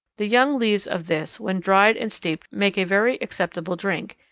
the young leaves of this when dried and steeped make a very acceptable drink,